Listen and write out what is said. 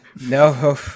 No